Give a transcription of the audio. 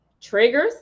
triggers